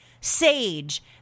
sage